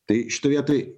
tai šitoj vietoj